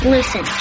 Listen